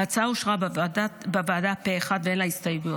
ההצעה אושרה בוועדה פה אחד ואין לה הסתייגויות.